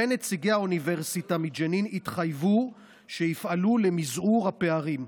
ונציגי האוניברסיטה מג'נין התחייבו שיפעלו למזעור הפערים.